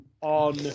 on